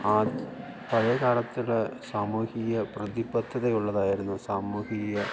പഴയകാലത്തിലെ സാമൂഹ്യ പ്രതിബദ്ധത ഉള്ളതായിരുന്നു സാമൂഹീയ